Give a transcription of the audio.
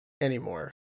anymore